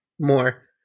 more